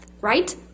right